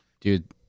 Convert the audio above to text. Dude